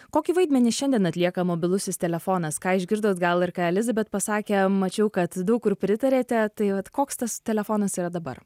kokį vaidmenį šiandien atlieka mobilusis telefonas ką išgirdot gal ir ką elizabet pasakė mačiau kad daug kur pritarėte tai vat koks tas telefonas yra dabar